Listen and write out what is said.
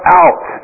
out